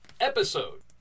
episode